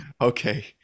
Okay